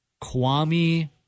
Kwame